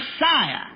Messiah